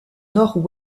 nord